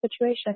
situation